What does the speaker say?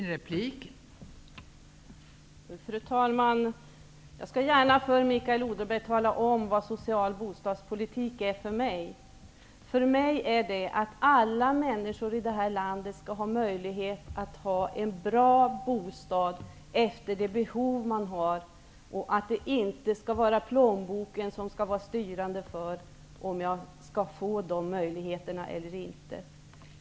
Fru talman! Jag skall gärna för Mikael Oden berg tala om vad social bostadspolitik innebär för mig. Den innebär att alla människor i detta land skall ha möjlighet till en bra bostad efter de behov man har, och att plånboken inte skall styra om man skall få den möjligheten eller inte.